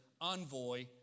envoy